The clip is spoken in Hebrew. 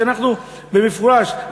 שאנחנו במפורש,